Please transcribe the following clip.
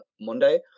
monday